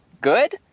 good